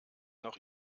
noch